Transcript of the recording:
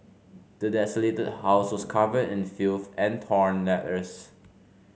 the desolated house was covered in filth and torn letters